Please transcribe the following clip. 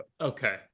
Okay